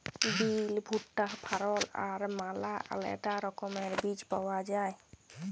বিল, ভুট্টা, ফারল আর ম্যালা আলেদা রকমের বীজ পাউয়া যায়